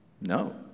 No